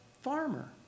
farmer